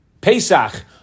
Pesach